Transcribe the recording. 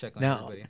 Now